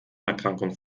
erkrankung